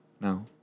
No